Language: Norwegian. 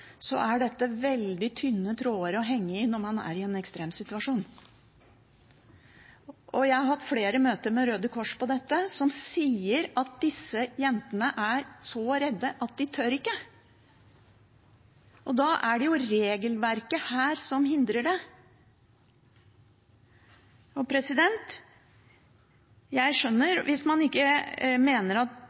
er dette veldig tynne tråder å henge det i når man er i en ekstremsituasjon. Jeg har hatt flere møter om dette med Røde Kors, som sier at disse jentene er så redde at de ikke tør. Da er det jo regelverket her som hindrer det. Hvis man mener at SVs formuleringer her kanskje ikke